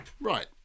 Right